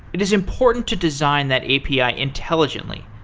it is important to design that api intelligently.